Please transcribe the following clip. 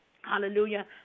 Hallelujah